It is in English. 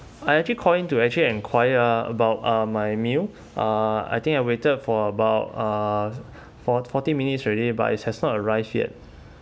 I actually called in to actually enquire about uh my meal uh I think I waited for about uh four forty minutes already but it's has not arrived yet